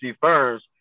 firms